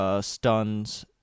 stuns